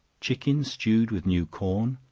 chicken stewed with new corn.